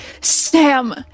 Sam